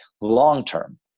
Long-term